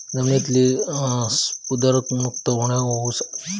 जमिनीतील स्फुदरमुक्त होऊसाठीक स्फुदर वीरघळनारो जिवाणू खताचो वापर कसो करायचो?